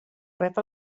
rep